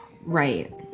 right